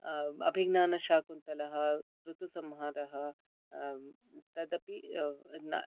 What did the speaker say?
अभिज्ञानशाकुन्तलम् ऋतुसंहारः तदपि